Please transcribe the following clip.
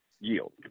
yield